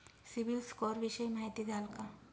CIBIL score विषयी माहिती द्याल का?